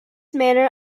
manner